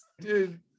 Dude